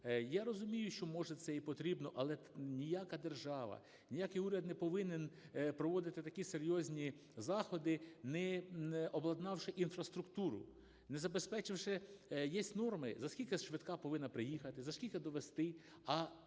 Я розумію, що може це і потрібно, але ніяка держава, ніякий уряд не повинен проводити такі серйозні заходи, не обладнавши інфраструктуру, не забезпечивши… Є норми, за скільки швидка повинна приїхати, за скільки довезти,